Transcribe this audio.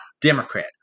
Democrat